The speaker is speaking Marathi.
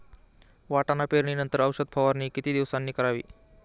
वाटाणा पेरणी नंतर औषध फवारणी किती दिवसांनी करावी?